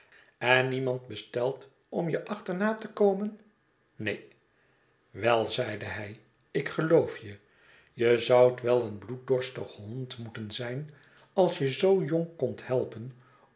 en niemand besteld om je achterna te komen neenl wel zeide hij ik geloof je je zoudt wel een bloeddorstige hond mo eten zijn als je zoo jong kondt helpen